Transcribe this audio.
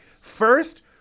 first